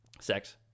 Sex